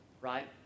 right